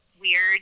weird